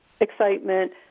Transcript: excitement